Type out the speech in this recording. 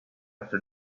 after